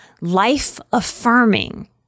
life-affirming